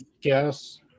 guess